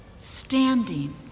standing